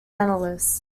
analyst